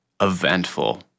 eventful